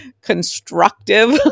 constructive